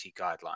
guidelines